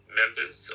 members